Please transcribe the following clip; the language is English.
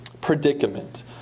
predicament